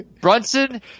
Brunson